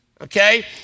okay